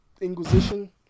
inquisition